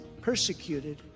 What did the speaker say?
persecuted